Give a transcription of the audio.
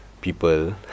People